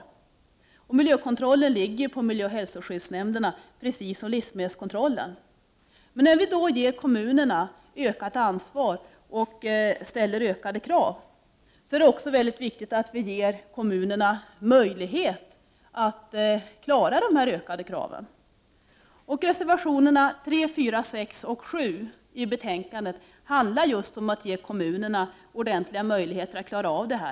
Ansvaret för miljökontroller ligger på miljöoch hälsoskyddsnämnderna precis som livsmedelskontrollen. Men när vi från riksdagen ger kommunerna ett ökat ansvar och ställer ökade krav på dem, är det också mycket viktigt att vi ger dem möjlighet att klara dessa ökade krav. Reservationerna 3, 4, 6 och 7 i betänkandet handlar om att kommunerna skall ges ordentliga möjligheter att klara av detta.